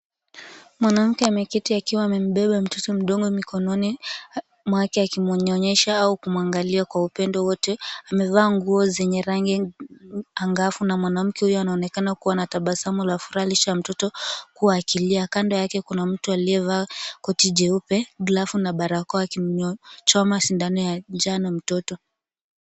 Mwanamke ameketi akiwa amembeba mtoto mdogo mikono mwake akimnyonyesha au kumwangalia kwa upendo wote, amevaa nguo zenye rangi angavu na mwanamke huyo anaonekana kuwa na tabasamu la furahisha mtoto huku akilia, kando yake kuna mtu aliyevaa koti jeupe, glavu na barakoa akimchoma sindano ya njano mtoto.